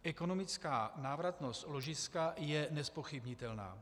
Ekonomická návratnost ložiska je nezpochybnitelná.